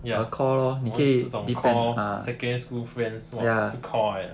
ya 这种 core secondary school friends !wah! 是 core 来的